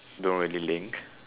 don't really link